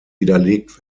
widerlegt